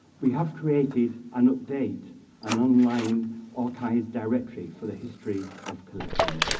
we have created and update an online archive's directive for the history of collecting.